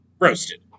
Roasted